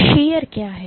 shear क्या है